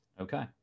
okay